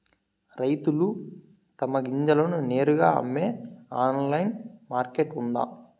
రైతులు తమ గింజలను నేరుగా అమ్మే ఆన్లైన్ మార్కెట్ ఉందా?